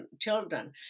children